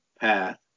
path